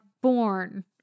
born